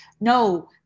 No